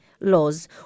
laws